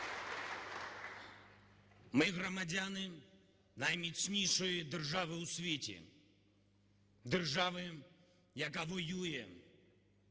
Ми громадяни найміцнішої держави у світі, держави, яка воює,